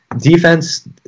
defense